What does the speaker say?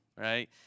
right